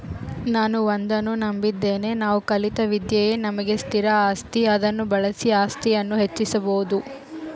ನಾನು ಒಂದನ್ನು ನಂಬಿದ್ದೇನೆ ನಾವು ಕಲಿತ ವಿದ್ಯೆಯೇ ನಮಗೆ ಸ್ಥಿರ ಆಸ್ತಿ ಅದನ್ನು ಬಳಸಿ ಆಸ್ತಿಯನ್ನು ಹೆಚ್ಚಿಸ್ಬೋದು